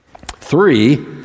Three